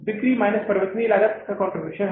बिक्री माइनस परिवर्तनीय लागत का कंट्रीब्यूशन है